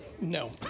No